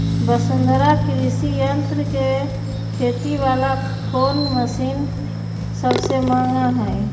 वसुंधरा कृषि यंत्र के खेती वाला कोन मशीन सबसे महंगा हई?